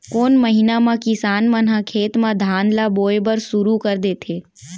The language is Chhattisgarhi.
कोन महीना मा किसान मन ह खेत म धान ला बोये बर शुरू कर देथे?